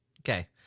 Okay